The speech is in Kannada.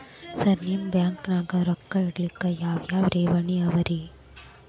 ಸರ್ ನಿಮ್ಮ ಬ್ಯಾಂಕನಾಗ ರೊಕ್ಕ ಇಡಲಿಕ್ಕೆ ಯಾವ್ ಯಾವ್ ಠೇವಣಿ ಅವ ರಿ?